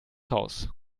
haus